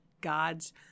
God's